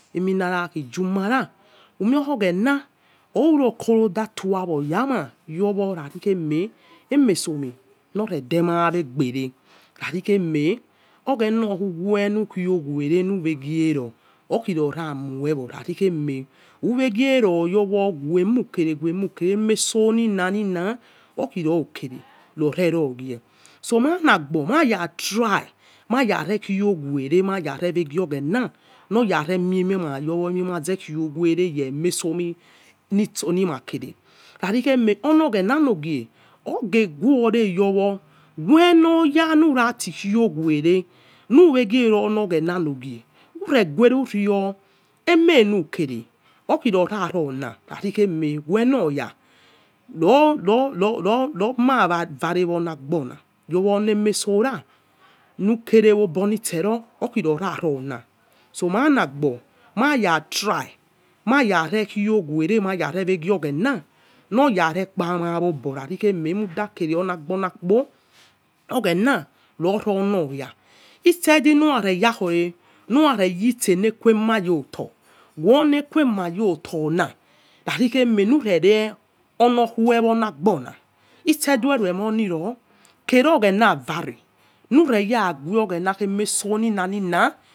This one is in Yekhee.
Eminars khi jumara umiekho sghens orurokorodito yawan a yowb ravinaheme emesominonedemaegber oghena akiwe nurio were newe ns okhiroramovo rari ememogie ror wouso wemakere, wemate emas rinaning wokhiskere akhironerogie sọ managbo maratry maryane khio preme mayanevenagheng noyare miemierayowo emimazekrowere gemezsini nitsa nimabere rarikheme conoghenanogle oghegorie yowd wend réti bhiwione nuwegieronoghenstrogie mureguerénurie emieninikere orarons rairieme wenoyairoro no, agus nare onegbons yowo oneme sora ny kerebutantseror okluroravong so ma nagoo najag try mayamekhowe re vegi oghema noyarekpamaobo nariri emukhakerewonagbonakpo aghena novomaya motedy minare jakhore nuraregetse nekuena yoto wonequemaystona rarieme ny vere on okuch wonggbong vinstendi nunertemoniro kievo ghana nare nure yawi oghana emeso nine.